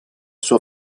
sua